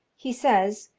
he says,